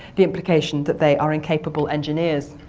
the implication that they are incapable engineers.